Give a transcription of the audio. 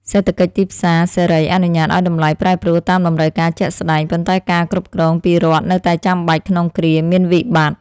សេដ្ឋកិច្ចទីផ្សារសេរីអនុញ្ញាតឱ្យតម្លៃប្រែប្រួលតាមតម្រូវការជាក់ស្តែង ប៉ុន្តែការគ្រប់គ្រងពីរដ្ឋនៅតែចាំបាច់ក្នុងគ្រាមានវិបត្តិ។